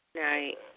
Night